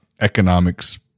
economics